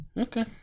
Okay